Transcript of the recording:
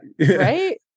Right